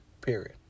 Period